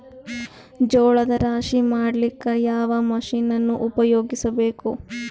ಜೋಳದ ರಾಶಿ ಮಾಡ್ಲಿಕ್ಕ ಯಾವ ಮಷೀನನ್ನು ಉಪಯೋಗಿಸಬೇಕು?